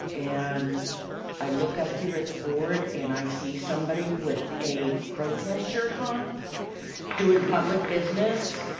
and i look up here at the board and i see somebody with a protest shirt on doing public business.